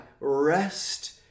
rest